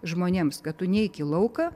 žmonėms kad tu neik į lauką